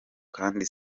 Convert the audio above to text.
kandi